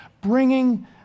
bringing